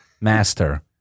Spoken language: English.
Master